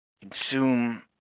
Consume